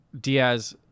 diaz